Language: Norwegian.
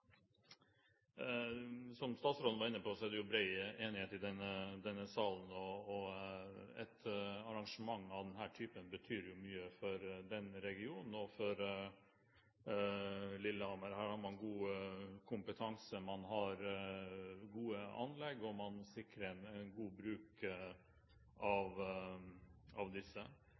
Som statsråden var inne på, er det bred enighet i denne salen. Et arrangement av denne typen betyr jo mye for den regionen og for Lillehammer. Her har man god kompetanse, man har gode anlegg, og man sikrer en god bruk av disse.